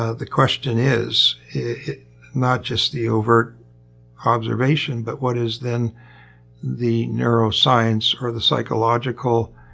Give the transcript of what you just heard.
ah the question is not just the overt observation, but what is then the neuroscience or the psychological